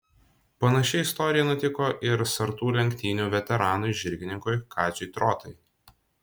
panaši istorija nutiko ir sartų lenktynių veteranui žirgininkui kaziui trotai